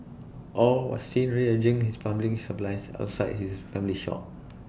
aw was seen rearranging his plumbing supplies outside his family's shop